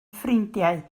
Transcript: ffrindiau